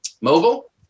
mobile